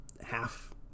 half